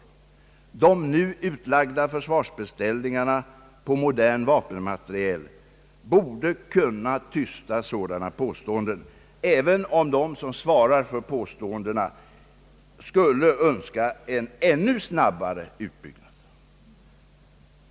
Redan nu utlagda försvarsbeställningar och de beställningar vi får möjlighet att lägga ut under de närmaste åren på modern vapenmateriel borde kunna tysta sådana påståenden, även om de som för fram dem är mycket angelägna om att denna utbyggnad skall gå snabbare.